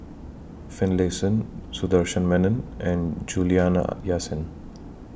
Finlayson Sundaresh Menon and Juliana Yasin